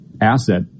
asset